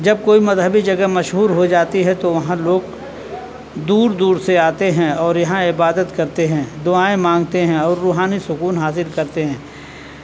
جب کوئی مذہبی جگہ مشہور ہو جاتی ہے تو وہاں لوگ دور دور سے آتے ہیں اور یہاں عبادت کرتے ہیں دعائیں مانگتے ہیں اور روحانی سکون حاصل کرتے ہیں